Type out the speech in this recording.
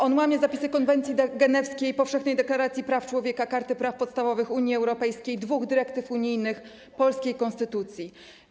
On łamie zapisy konwencji genewskiej, Powszechnej Deklaracji Praw Człowieka, Karty Praw Podstawowych Unii Europejskiej, dwóch dyrektyw unijnych, polskiej konstytucji.